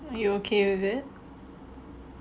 you okay with it